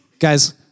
Guys